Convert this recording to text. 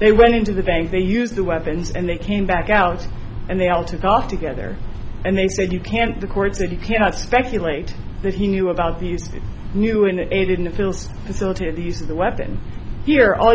they went into the bank they use the weapons and they came back out and they all took off together and they said you can't the cords that you cannot speculate that he knew about these new in the eight in the films and still to these the weapon here all